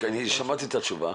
שמעתי את התשובה.